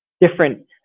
different